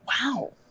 Wow